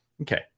Okay